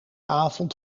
avond